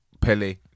Pele